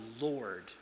Lord